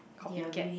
copy cat